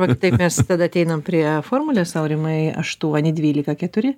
va taip mes tada ateinam prie formulės aurimai aštuoni dvylika keturi